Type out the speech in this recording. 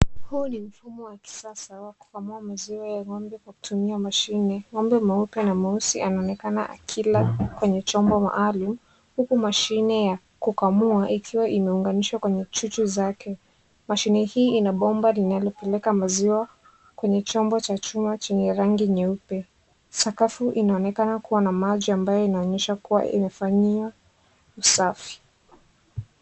Huu ni mfumo wa kisasa wa kukamua maziwa ya ngombe kwa kutumia mashine. Ng'ombe mweupe na mweusi anaonekana akiwa kwenye chombo maalum huku mashine ya kukamua ikiwa imeunganishwa kwenye chuchu zake. Mashine hii ina bomba linalopeleka maziwa kwenye chombo cha chuma chenye rangi nyeupe. Sakafu inaonekana kuwa na maji ambayo inaonyesha kuwa imefanyiwa usafi.